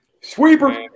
Sweeper